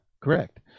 correct